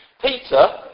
Peter